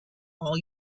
all